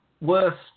worst